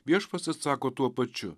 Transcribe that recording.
viešpats atsako tuo pačiu